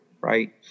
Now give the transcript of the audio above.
Right